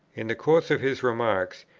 in the course of his remarks,